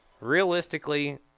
realistically